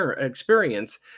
experience